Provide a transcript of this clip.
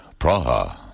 Praha